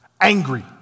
angry